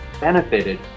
benefited